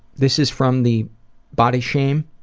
this is from the body shame